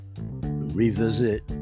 revisit